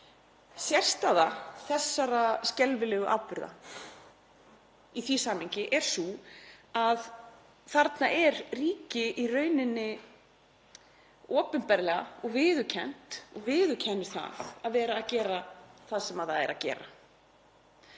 Sérstaða þessara skelfilegu atburða í því samhengi er sú að þarna er ríki í rauninni opinberlega og hefur viðurkennt að vera að gera það sem það er að gera.